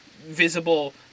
visible